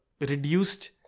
reduced